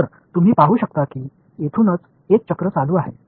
तर तुम्ही पाहु शकता की येथूनच एक चक्र चालू आहे